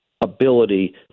ability